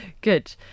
Good